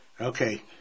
Okay